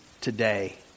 today